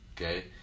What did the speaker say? okay